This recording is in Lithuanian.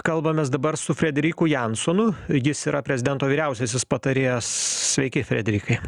kalbamės dabar su frederiku jansonu jis yra prezidento vyriausiasis patarėjas sveiki frederikai